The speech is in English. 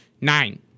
Nine